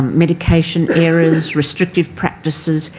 um medication errors, restrictive practices.